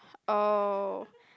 oh